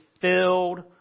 filled